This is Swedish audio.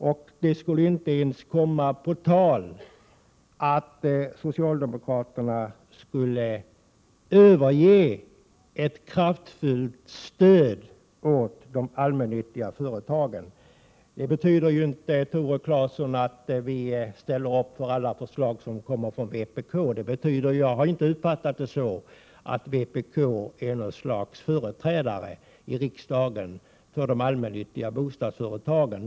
Det kan inte ens komma på tal att socialdemokraterna skulle överge ett kraftfullt stöd åt de allmännyttiga företagen. Det betyder ju inte, Tore Claeson, att vi ställer upp för alla förslag som kommer från vpk. Jag har inte uppfattat vpk som företrädare i riksdagen för de allmännyttiga bostadsföretagen.